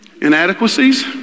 inadequacies